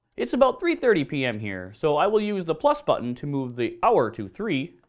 it's about three thirty pm here, so i will use the plus button to move the hour to three,